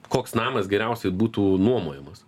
koks namas geriausiai būtų nuomojamas